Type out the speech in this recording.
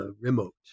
remote